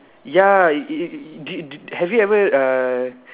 ya y~ do have you ever uh